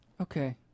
Okay